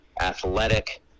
athletic